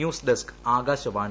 news desk Akashvani